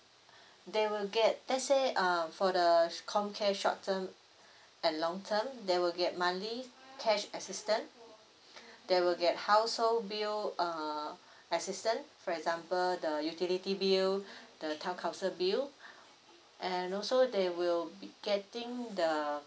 they will get let's say uh for the comm care short term and long term they will get monthly cash assistant they will get household bill uh assistant for example the utility bill the town council bill and also they will be getting the